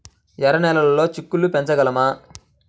ఎర్ర నెలలో చిక్కుళ్ళు పెంచగలమా?